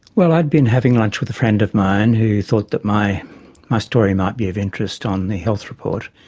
well, i'd been having lunch with a friend of mine who thought that my my story might be of interest on the health report.